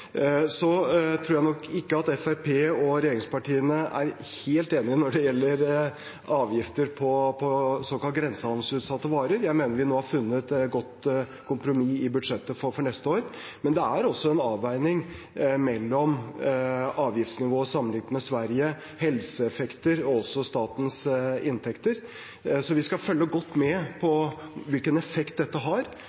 Så tror jeg nok ikke at Fremskrittspartiet og regjeringspartiene er helt enige når det gjelder avgifter på såkalt grensehandelsutsatte varer. Jeg mener vi nå har funnet et godt kompromiss i budsjettet for neste år, men det er også en avveining mellom avgiftsnivået sammenlignet med Sverige, helseeffekter og også statens inntekter. Så vi skal følge godt med på